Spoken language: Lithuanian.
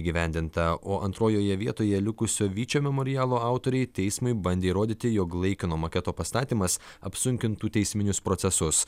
įgyvendinta o antrojoje vietoje likusio vyčio memorialo autoriai teismui bandė įrodyti jog laikino maketo pastatymas apsunkintų teisminius procesus